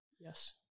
Yes